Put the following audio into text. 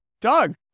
doug